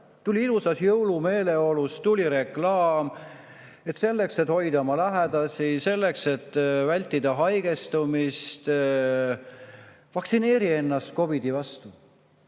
tuli ilusas jõulumeeleolus reklaam: selleks, et hoida oma lähedasi, selleks, et vältida haigestumist, vaktsineeri ennast COVID‑i vastu.